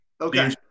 Okay